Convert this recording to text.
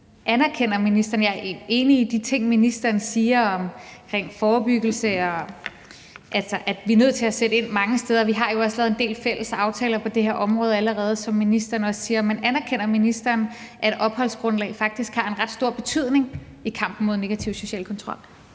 Jeg er enig i de ting, ministeren siger om forebyggelse og om, at vi er nødt til at sætte ind mange steder. Og vi har jo også lavet en del fælles aftaler på det her område allerede, som ministeren også siger. Men anerkender ministeren, at opholdsgrundlag faktisk har en ret stor betydning i kampen mod negativ social kontrol?